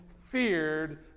feared